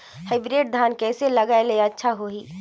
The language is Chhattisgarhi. हाईब्रिड धान कइसे लगाय ले अच्छा होही?